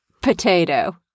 Potato